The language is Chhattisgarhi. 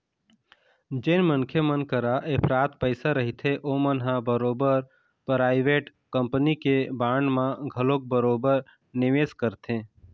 जेन मनखे मन करा इफरात पइसा रहिथे ओमन ह बरोबर पराइवेट कंपनी के बांड म घलोक बरोबर निवेस करथे